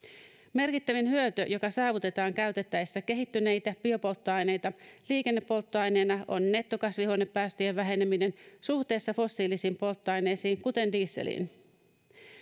merkittävin hyöty joka saavutetaan käytettäessä kehittyneitä biopolttoaineita liikennepolttoaineena on nettokasvihuonepäästöjen väheneminen suhteessa fossiilisiin polttoaineisiin kuten dieseliin